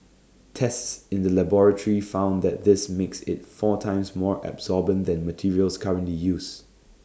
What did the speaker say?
tests in the laboratory found that this makes IT four times more absorbent than materials currently used